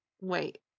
wait